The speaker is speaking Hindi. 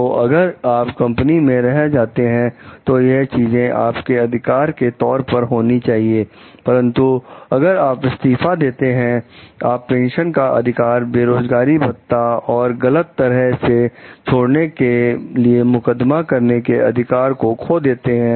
तो अगर आप कंपनी में रह जाते हैं तो यह चीजें आपके अधिकार के तौर पर होनी चाहिए परंतु अगर आप इस्तीफा देते हैं आप पेंशन का अधिकार बेरोजगारी भत्ता और गलत तरह से छोड़ने के के लिए मुकदमा करने के अधिकार खो देंगे